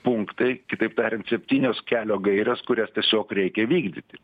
punktai kitaip tariant septynios kelio gairės kurias tiesiog reikia vykdyti